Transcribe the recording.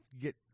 get